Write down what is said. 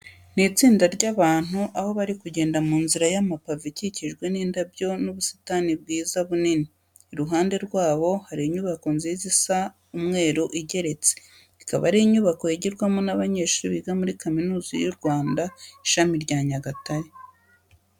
Ni itsinda ry'abantu aho bari kugenda mu nzira y'amapave ikikijwe n'indabyo n'ubusitani bwiza bunini. Iruhande rwabo hari inyubako nziza isa umweru igeretse, ikaba ari inyubako yigirwamo n'abanyeshuri biga muri Kaminuza y'u Rwanda Ishami rya Nyagatare.